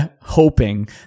hoping